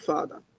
Father